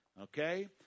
okay